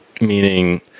Meaning